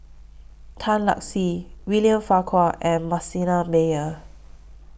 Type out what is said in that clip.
Tan Lark Sye William Farquhar and Manasseh Meyer